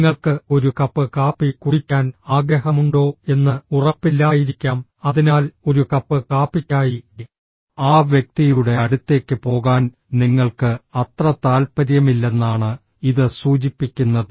നിങ്ങൾക്ക് ഒരു കപ്പ് കാപ്പി കുടിക്കാൻ ആഗ്രഹമുണ്ടോ എന്ന് ഉറപ്പില്ലായിരിക്കാം അതിനാൽ ഒരു കപ്പ് കാപ്പിക്കായി ആ വ്യക്തിയുടെ അടുത്തേക്ക് പോകാൻ നിങ്ങൾക്ക് അത്ര താൽപ്പര്യമില്ലെന്നാണ് ഇത് സൂചിപ്പിക്കുന്നത്